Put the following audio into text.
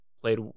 played